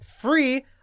free